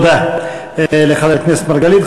תודה לחבר הכנסת מרגלית.